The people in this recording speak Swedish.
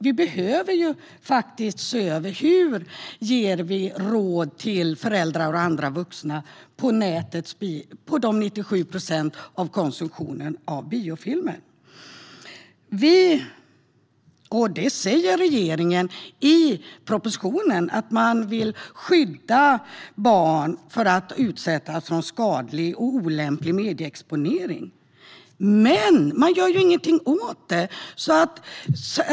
Vi behöver faktiskt se över hur vi ger råd till föräldrar och andra vuxna när det gäller dessa 97 procent av konsumtionen av filmer. Regeringen säger i propositionen att man vill skydda barn från att utsättas för skadlig och olämplig medieexponering. Men man gör ingenting åt det.